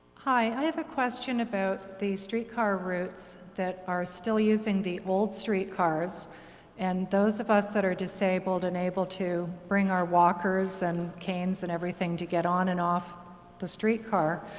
hi, i have a question about the streetcar routes that are still using the old streetcars and those of us that are disabled and able to bring our walkers and canes and everything to get on and off the streetcar,